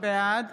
בעד